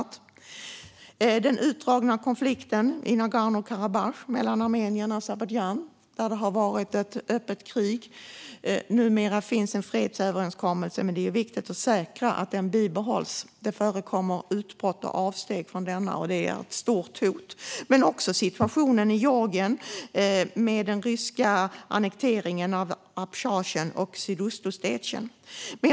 Ett annat exempel är den utdragna konflikten i Nagorno-Karabach mellan Armenien och Azerbajdzjan där det har varit ett öppet krig och numera finns en fredsöverenskommelse, men det är viktigt att säkra att den bibehålls. Det förekommer utbrott och avsteg från denna, och det är ett stort hot. Ytterligare ett exempel är situationen i Georgien med den ryska annekteringen av Abchazien och Sydossetien.